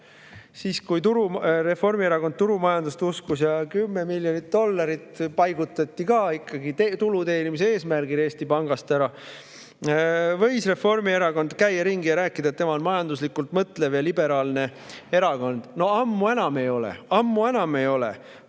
siis, kui Reformierakond turumajandust uskus ja 10 miljonit dollarit paigutati ka tulu teenimise eesmärgil Eesti Pangast ära, võis Reformierakond käia ringi ja rääkida, et tema on majanduslikult mõtlev ja liberaalne erakond. Aga ammu enam ei ole. Ammu enam ei ole!